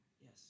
Yes